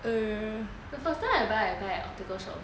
the first time I buy I buy at optical shop also